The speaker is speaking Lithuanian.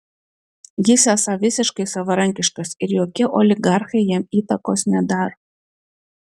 jis esą visiškai savarankiškas ir jokie oligarchai jam įtakos nedaro